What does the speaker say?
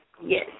Yes